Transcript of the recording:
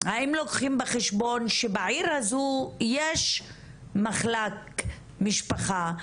האם לוקחים בחשבון שבעיר הזו יש מחלק משפחה,